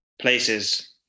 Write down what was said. places